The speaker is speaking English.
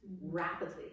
rapidly